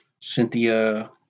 Cynthia